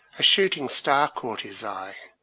a shooting star caught his eye.